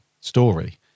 story